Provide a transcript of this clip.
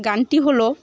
গানটি হলও